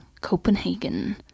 Copenhagen